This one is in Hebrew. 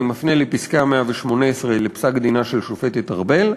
אני מפנה לפסקה 118 בפסק-דינה של השופטת ארבל: